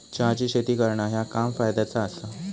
चहाची शेती करणा ह्या काम फायद्याचा आसा